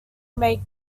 make